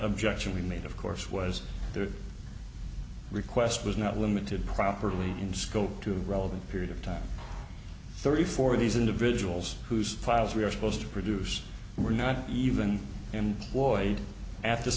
objection we made of course was their request was not limited properly in scope to the relevant period of time thirty four of these individuals whose files we are supposed to produce were not even employed at this